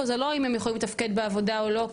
זה לא אם הם יוכלו לתפקד בעבודה או לא.